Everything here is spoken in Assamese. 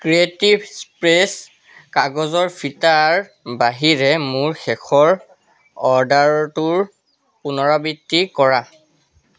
ক্ৰিয়েটিভ স্পেচ কাগজৰ ফিটাৰ বাহিৰে মোৰ শেষৰ অৰ্ডাৰটোৰ পুনৰাবৃত্তি কৰা